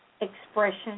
expression